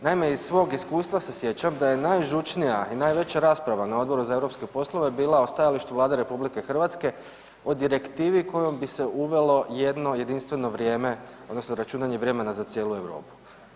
Naime, iz svog iskustva se sjećam da je najžučnija i najveća rasprava na Odboru za europske poslove bila o stajalištu Vlade RH o direktivi kojom bi se uvelo jedno jedinstveno vrijeme odnosno računanje vremena za cijelu Europu.